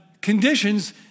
conditions